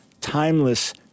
timeless